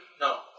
No